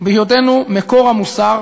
בהיותנו מקור המוסר